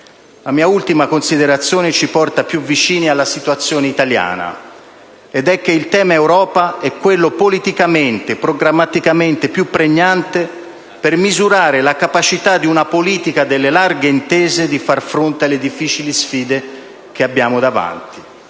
La mia ultima considerazione ci porta più vicini alla situazione italiana ed è che il tema Europa è quello politicamente e programmaticamente più pregnante per misurare la capacità di una politica delle «larghe intese» di far fronte alle difficili sfide che abbiamo davanti.